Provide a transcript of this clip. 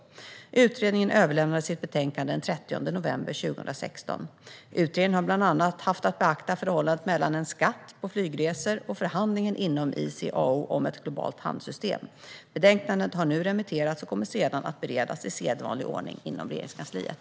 Utredningen överlämnade sitt betänkande den 30 november 2016. Utredningen har bland annat haft att beakta förhållandet mellan en skatt på flygresor och förhandlingen inom ICAO om ett globalt handelssystem. Betänkandet har nu remitterats och kommer sedan att beredas i sedvanlig ordning inom Regeringskansliet.